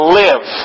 live